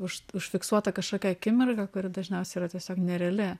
už užfiksuota kažkokia akimirka kuri dažniausiai yra tiesiog nereali